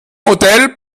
hotel